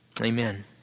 Amen